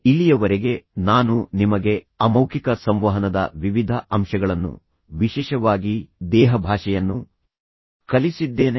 ಇಲ್ಲಿಯವರೆಗೆ ನಾನು ನಿಮಗೆ ಅಮೌಖಿಕ ಸಂವಹನದ ವಿವಿಧ ಅಂಶಗಳನ್ನು ವಿಶೇಷವಾಗಿ ದೇಹಭಾಷೆಯನ್ನು ಕಲಿಸಿದ್ದೇನೆ